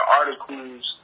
articles